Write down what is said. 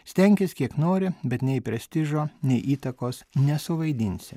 stenkis kiek nori bet nei prestižo nei įtakos nesuvaidinsi